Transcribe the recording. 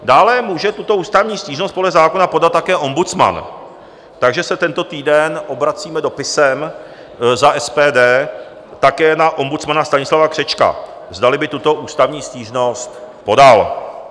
Dále může tuto ústavní stížnost podle zákona podat také ombudsman, takže se tento týden obracíme dopisem za SPD také na ombudsmana Stanislava Křečka, zdali by tuto ústavní stížnost podal.